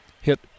hit